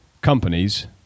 companies